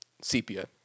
sepia